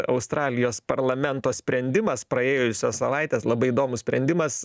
australijos parlamento sprendimas praėjusios savaitės labai įdomus sprendimas